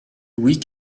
louis